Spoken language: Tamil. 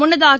முன்னதாக